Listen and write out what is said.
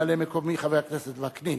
ממלא-מקומי חבר הכנסת וקנין.